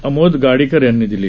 आमोद गडीकर यांनी दिली